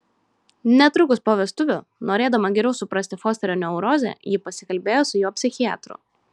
netrukus po vestuvių norėdama geriau suprasti fosterio neurozę ji pasikalbėjo su jo psichiatru